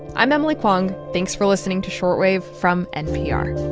i'm emily kwong. thanks for listening to short wave from npr